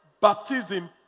baptism